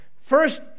First